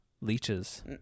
Leeches